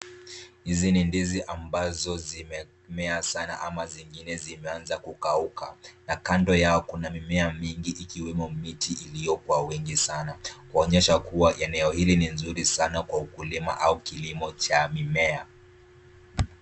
Hizi ni ndizi ambazo zimemea sana ama zingine zimeanza kukauka na kando yao kuna mimea mingi ikiwemo miti iliyo kwa wingi sana kuonyesha kua eneo hili ni nzuri sana kwa ukulima au kilimo cha mimea.